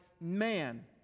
man